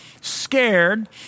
scared